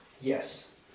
Yes